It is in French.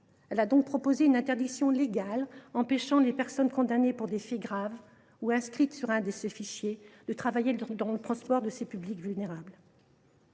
Elle a donc proposé une interdiction légale empêchant les personnes condamnées pour des faits graves ou inscrites dans l’un de ces fichiers de travailler dans le transport de ces publics.